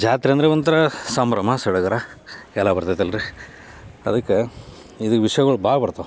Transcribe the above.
ಜಾತ್ರೆ ಅಂದರೆ ಒಂಥರ ಸಂಭ್ರಮ ಸಡಗರ ಎಲ್ಲ ಬರ್ತೈತೆ ಅಲ್ಲ ರೀ ಅದಕ್ಕೆ ಇದು ವಿಷ್ಯಗಳು ಭಾಳ ಬರ್ತಾವೆ